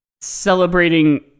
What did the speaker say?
celebrating